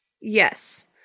Yes